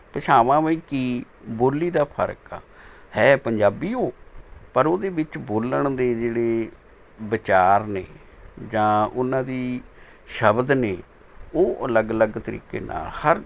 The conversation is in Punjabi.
ਭਾਸ਼ਾਵਾਂ ਬਈ ਕੀ ਬੋਲੀ ਦਾ ਫ਼ਰਕ ਹੈ ਹੈ ਪੰਜਾਬੀ ਉਹ ਪਰ ਉਹਦੇ ਵਿੱਚ ਬੋਲਣ ਦੇ ਜਿਹੜੇ ਵਿਚਾਰ ਨੇ ਜਾਂ ਉਨ੍ਹਾਂ ਦੇ ਸ਼ਬਦ ਨੇ ਉਹ ਅਲੱਗ ਅਲੱਗ ਤਰੀਕੇ ਨਾਲ਼ ਹਰ